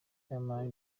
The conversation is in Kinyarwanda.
fireman